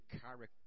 character